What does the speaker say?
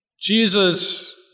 Jesus